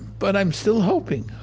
but i'm still hoping.